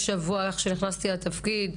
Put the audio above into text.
איך שנכנסתי לתפקיד.